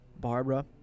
Barbara